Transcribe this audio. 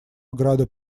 ограды